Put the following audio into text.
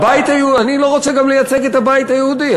אני לא רוצה גם לייצג את הבית היהודי.